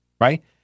right